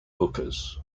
hookahs